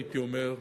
הייתי אומר,